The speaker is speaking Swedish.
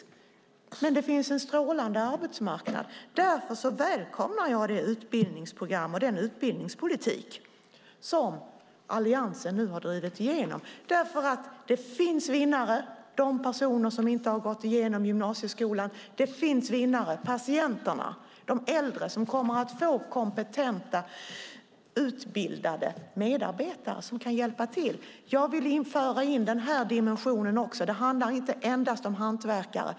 Men det finns en strålande arbetsmarknad. Därför välkomnar jag det utbildningsprogram och den utbildningspolitik som Alliansen nu har drivit igenom. Det finns nämligen vinnare: de personer som inte har gått igenom gymnasieskolan. Det finns andra vinnare: patienterna, de äldre, som kommer att få kompetent och utbildad personal som kan hjälpa till. Jag vill föra in den här dimensionen. Det handlar inte endast om hantverkare.